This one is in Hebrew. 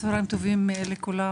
צהרים טובים לכולם.